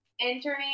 entering